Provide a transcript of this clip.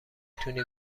تونی